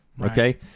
Okay